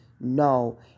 no